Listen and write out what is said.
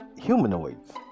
humanoids